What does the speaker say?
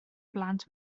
blant